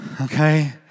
okay